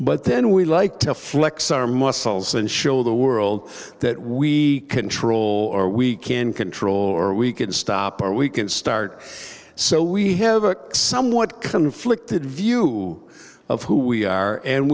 but then we like to flex our muscles and show the world that we control or we can control or we can stop or we can start so we have a somewhat conflicted view of who we are and